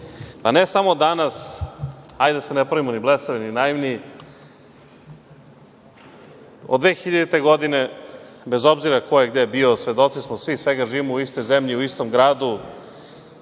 pa ne samo danas, hajde da se ne pravimo ni blesavi ni naivni, od 2000. godine, bez obzira ko je gde bio, svedoci smo svi svega, živimo u istoj zemlji, u istom gradu,